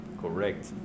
correct